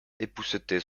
époussetait